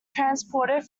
transported